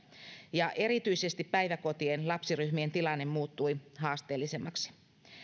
ja erityisesti päiväkotien lapsiryhmien tilanne muuttui haasteellisemmaksi